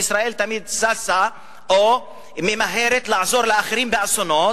שישראל תמיד ששה או ממהרת לעזור לאחרים באסונות